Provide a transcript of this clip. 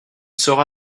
sera